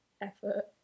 effort